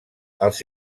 els